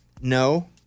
no